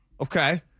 Okay